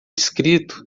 escrito